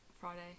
friday